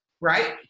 right